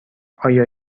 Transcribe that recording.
آیا